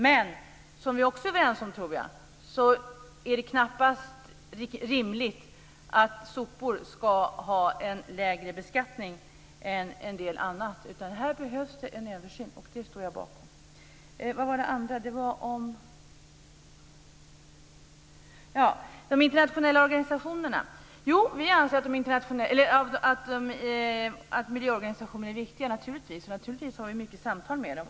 Men som vi också är överens om - tror jag - är det knappast rimligt att sopor ska ha en lägre beskattning än en del annat. Här behövs alltså en översyn. Det står jag bakom. Den andra frågan gällde de miljöorganisationerna. Naturligtvis anser vi att de är viktiga, och vi för förstås många samtal med dem.